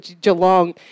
Geelong